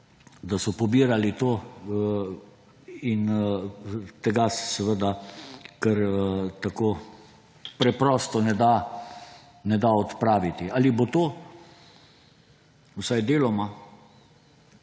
da so to pobirali. Seveda se tega kar tako preprosto ne da odpraviti. Ali bo to vsaj deloma